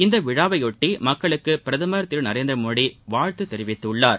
இந்த விழாவையொட்டி மக்களுக்கு பிரதமர் திரு நரேந்திரமோடி வாழ்த்து தெரிவித்துள்ளார்